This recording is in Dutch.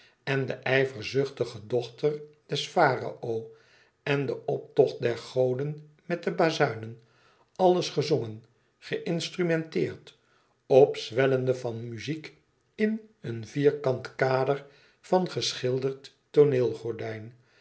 en de ijverzuchtige dochter des farao en de optocht der goden met de bazuinen alles gezongen geïnstrumenteerd opzwellende van muziek in een vierkant kader van geschilderd